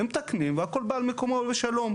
והם מתקנים והכל בא על מקומו בשלום,